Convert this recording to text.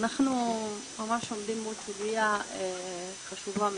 אנחנו עומדים מול סוגיה חשובה מאוד,